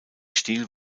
stil